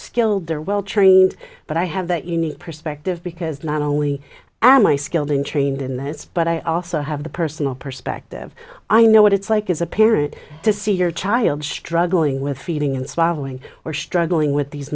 skilled they're well trained but i have that unique perspective because not only am i skilled and trained in this but i also have the personal perspective i know what it's like as a parent to see your child struggling with feeding and swallowing or struggling with these